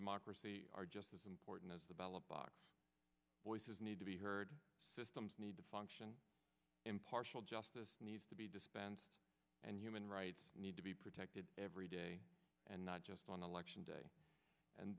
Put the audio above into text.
democracy are just as important as the ballot box voices need to be heard systems need to function impartial justice needs to be dispensed and human rights need to be protected every day and not just on election day and